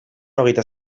hogeita